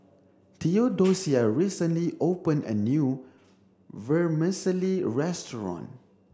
Theodocia recently opened a new vermicelli restaurant